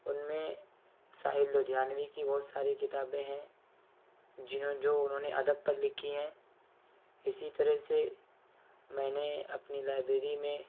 ان میں ساحر لدھیانوی کی بہت ساری کتابیں ہیں جو انہوں نے ادب پر لکھی ہیں اسی طرح سے میں نے اپنی لائبریری میں